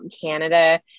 Canada